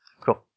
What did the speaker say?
Cool